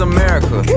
America